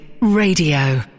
Radio